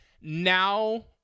now